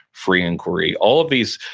free inquiry, all of these,